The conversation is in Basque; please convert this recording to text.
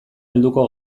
helduko